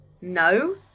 No